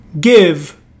give